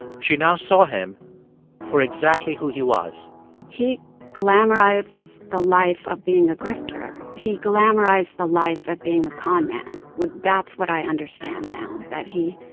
she now saw him for exactly who he was he glamorized the life of being a grifter. he glamorized the life of being a con man. that's what i understand now, that he